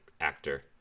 actor